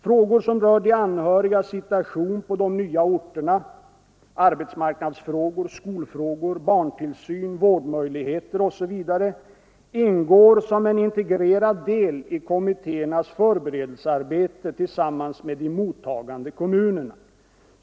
Frågor som rör de anhörigas situation på de nya orterna — arbetsmarknadsfrågor, skolfrågor, barntillsyn, vårdmöjligheter osv. — ingår som en integrerad del i kommittéernas förberedelsearbete tillsammans med de mottagande kommunerna.